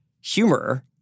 humor